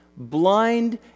blind